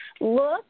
look